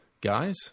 guys